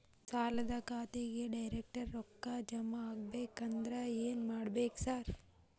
ಸಾಲದ ಖಾತೆಗೆ ಡೈರೆಕ್ಟ್ ರೊಕ್ಕಾ ಜಮಾ ಆಗ್ಬೇಕಂದ್ರ ಏನ್ ಮಾಡ್ಬೇಕ್ ಸಾರ್?